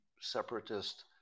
separatist